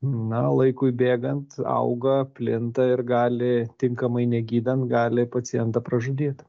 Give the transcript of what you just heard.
na laikui bėgant auga plinta ir gali tinkamai negydant gali pacientą pražudyt